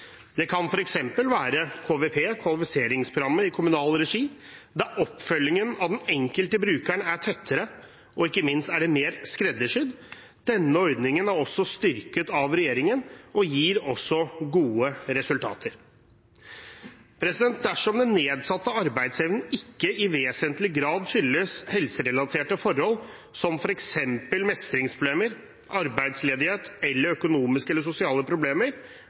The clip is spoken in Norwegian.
Det kan f.eks. være KVP, kvalifiseringsprogrammet i kommunal regi, der oppfølgingen av den enkelte brukeren er tettere og ikke minst mer skreddersydd. Denne ordningen er også styrket av regjeringen og gir gode resultater. Dersom den nedsatte arbeidsevnen ikke i vesentlig grad skyldes helserelaterte forhold, som f.eks. mestringsproblemer, arbeidsledighet eller økonomiske eller sosiale problemer,